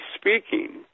speaking